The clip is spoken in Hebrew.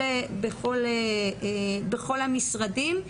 בכל המשרדים.